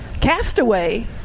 Castaway